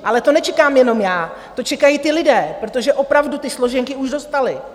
Ale to nečekám jenom já, to čekají ti lidé, protože opravdu ty složenky už dostali.